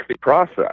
process